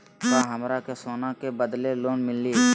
का हमरा के सोना के बदले लोन मिलि?